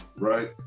right